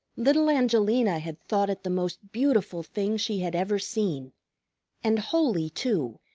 little angelina had thought it the most beautiful thing she had ever seen and holy, too,